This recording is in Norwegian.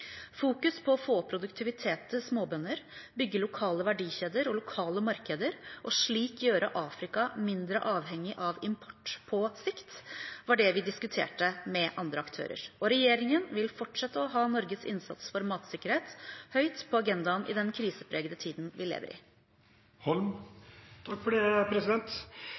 Fokus på å få opp produktiviteten til småbønder, bygge lokale verdikjeder og lokale markeder og slik gjøre Afrika mindre avhengig av import på sikt, var det vi diskuterte med andre aktører. Regjeringen vil fortsette å ha Norges innsats for matsikkerhet høyt på agendaen i den krisepregede tiden vi